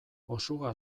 osuga